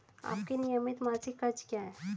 आपके नियमित मासिक खर्च क्या हैं?